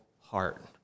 heart